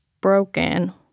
broken